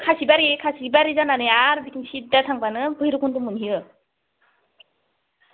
खासिबारि खासिबारि जानानै आरो बिथिं सिदा थांब्लानो भैरबकुन्द मोनहैयो